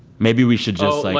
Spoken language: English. maybe we should just, like